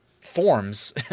forms